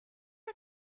are